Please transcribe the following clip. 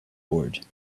board